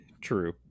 True